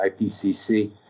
IPCC